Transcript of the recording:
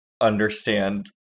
understand